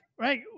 right